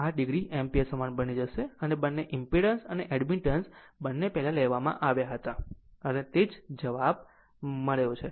8 o ampere સમાન બની જશે બંને ઈમ્પીડંસ અને એડમિટન્સ બંને પહેલાં લેવામાં આવ્યા હતા અને તે જ જવાબ મળ્યો છે